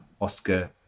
oscar